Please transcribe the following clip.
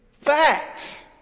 fact